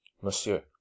Monsieur